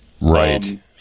Right